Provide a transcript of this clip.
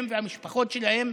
הם והמשפחות שלהם,